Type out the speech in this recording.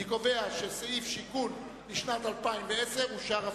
אני קובע שסעיף שיכון לשנת 2010 אושר.